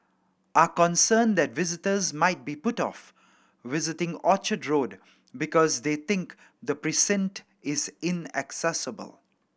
are concerned that visitors might be put off visiting Orchard Road because they think the precinct is inaccessible